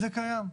זה קיים.